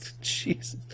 Jesus